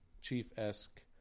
Chief-esque